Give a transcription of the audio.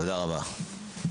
תודה רבה.